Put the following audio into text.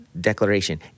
declaration